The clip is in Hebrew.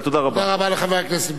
תודה רבה לחבר הכנסת בן-ארי.